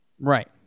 Right